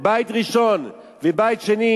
בית ראשון ובית שני,